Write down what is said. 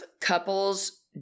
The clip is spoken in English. couples